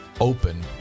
open